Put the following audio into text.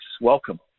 Welcome